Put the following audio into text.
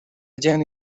gent